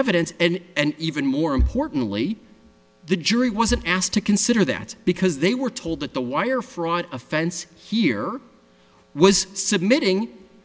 evidence and even more importantly the jury wasn't asked to consider that because they were told that the wire fraud offense here was submitting